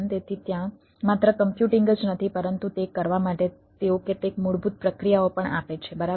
તેથી ત્યાં માત્ર કમ્પ્યુટિંગ જ નથી પરંતુ તે કરવા માટે તેઓ કેટલીક મૂળભૂત પ્રક્રિયાઓ પણ આપે છે બરાબર